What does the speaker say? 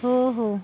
हो हो